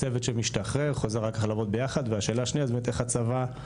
צוות שמשתחרר חוזר אח"כ לעבוד ביחד והשאלה השנייה היא איך הצבא